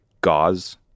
gauze